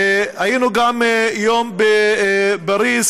היינו גם יום בפריז,